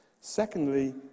Secondly